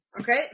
Okay